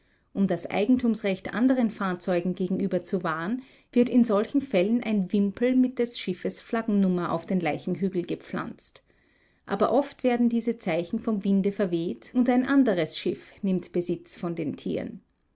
um das eigentumsrecht anderen fahrzeugen gegenüber zu wahren wird in solchen fällen ein wimpel mit des schiffes flaggennummer auf den leichenhügel gepflanzt aber oft werden diese zeichen vom winde verweht und ein anderes schiff nimmt besitz von den tieren